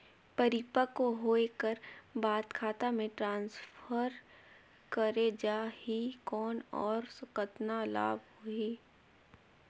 परिपक्व होय कर बाद खाता मे ट्रांसफर करे जा ही कौन और कतना लाभ होही?